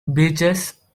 beaches